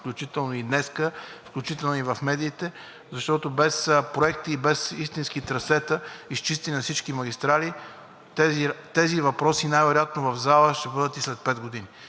включително и днес, включително и в медиите, защото без проекти и без истински трасета, изчистени, на всички магистрали, тези въпроси най-вероятно ще бъдат в залата и след пет години.